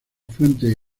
fuente